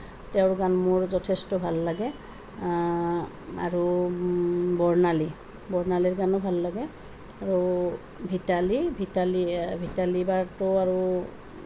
তেওঁৰ গান মোৰ যথেষ্ট ভাল লাগে আৰু বৰ্ণালী বৰ্ণালীৰ গানো ভাল লাগে আৰু ভিতালী ভিতালী ভিতালী বাৰতো আৰু